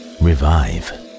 revive